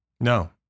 No